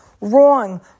wrong